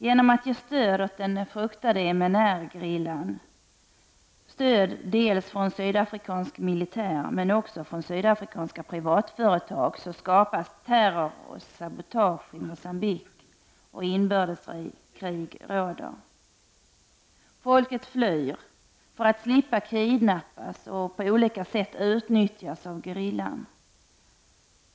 Genom stöd åt den fruktade MNR-gerillan, dels från sydafrikansk militär, dels från sydafrikanska privatföretag, främjas terror och sabotage i Mogambique, och inbördeskrig råder. Folk flyr för att slippa kidnappas och på olika sätt utnyttjas av gerillan.